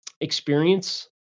experience